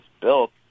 built